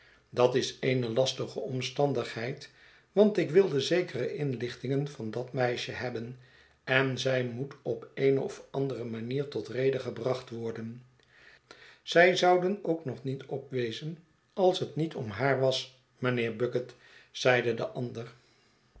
dat is eene lastige omstandigheid want ik wilde zekere inlichtingen van dat meisje hebben en zij moet op eene of andere manier tot rede gebracht worden zij zouden ook nog niet op wezen als het niet om haar was mijnheer bucket zeide de ander